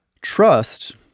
Trust